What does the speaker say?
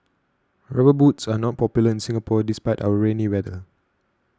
rubber boots are not popular in Singapore despite our rainy weather